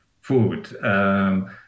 food